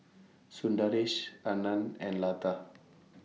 Sundaresh Anand and Lata